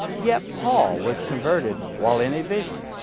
yet paul was converted while in a vision.